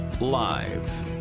Live